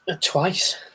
Twice